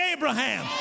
Abraham